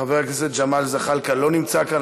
חבר הכנסת ג'מאל זחאלקה לא נמצא כאן,